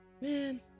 Man